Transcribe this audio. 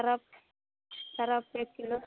Surf सर्फ़ एक kilo